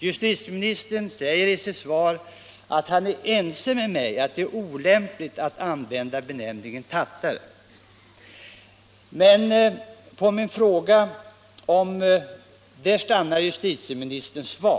Justitieministern säger i sitt svar att han är ense med mig om att det är olämpligt att använda benämningen tattare. Där stannar justitieministern i sitt svar.